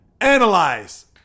analyze